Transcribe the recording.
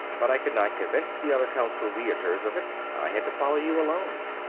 but i could not convince the other council leiters of it. i had to follow you alone.